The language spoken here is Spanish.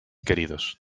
queridos